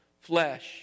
flesh